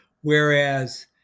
Whereas